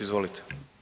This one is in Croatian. Izvolite.